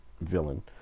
villain